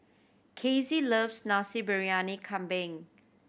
Casey loves Basi Briyani Kambing